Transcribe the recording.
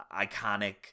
iconic